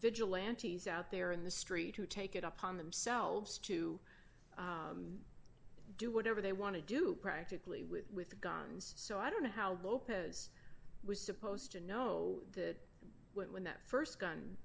vigilantes out there in the street who take it upon themselves to do whatever they want to do practically with with guns so i don't know how lopez was supposed to know that when that st gun